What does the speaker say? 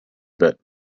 bit